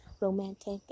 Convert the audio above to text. romantic